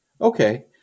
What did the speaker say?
Okay